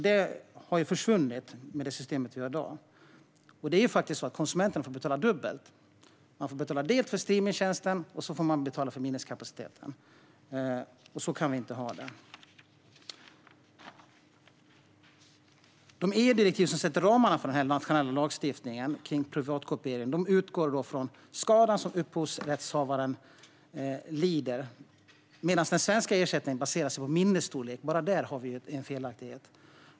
Detta har försvunnit i och med det system vi har i dag. Konsumenterna får betala dubbelt: dels för streamningstjänsten, dels för minneskapaciteten. Så kan vi inte ha det. De EU-direktiv som sätter ramarna för den nationella lagstiftningen kring privatkopiering utgår från den skada som upphovsrättshavaren lider, medan den svenska ersättningen baseras på minnesstorlek. Redan där har vi en felaktighet.